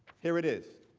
here it is,